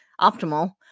optimal